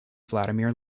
vladimir